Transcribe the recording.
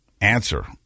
answer